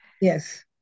Yes